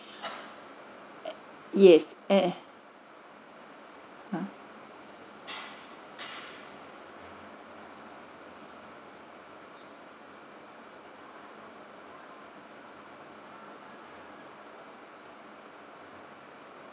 yes and uh